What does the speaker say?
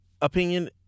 opinion